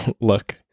look